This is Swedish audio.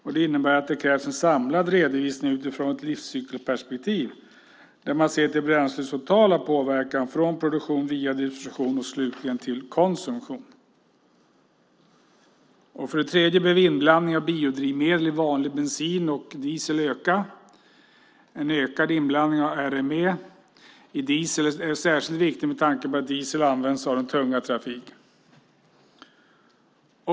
Detta innebär att det krävs en samlad redovisning utifrån ett livscykelperspektiv där man ser till bränslets totala påverkan från produktion via distribution och slutligen till konsumtion. För det tredje behöver inblandningen av biodrivmedel i vanlig bensin och diesel öka. En ökad inblandning av RME i diesel är särskilt viktigt med tanke på att diesel används av den tunga trafiken.